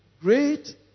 Great